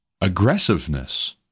aggressiveness